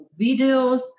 videos